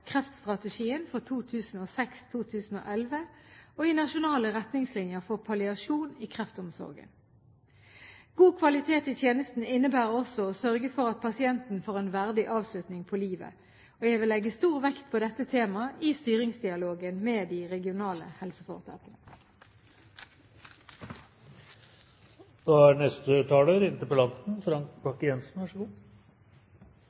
kreftstrategien for 2006–2011 og i nasjonale retningslinjer for palliasjon i kreftsomsorgen. God kvalitet i tjenesten innebærer også å sørge for at pasienten får en verdig avslutning på livet. Jeg vil legge stor vekt på dette temaet i styringsdialogen med de regionale helseforetakene.